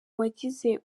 wagize